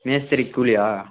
மேஸ்திரிக்கு கூலியா